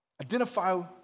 Identify